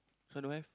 so don't have